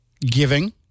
Giving